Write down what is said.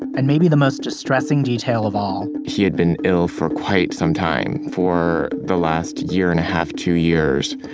and maybe the most distressing detail of all. he had been ill for quite some time, for the last year and a half, two years.